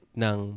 ng